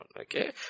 okay